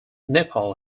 nepal